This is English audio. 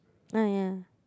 uh ya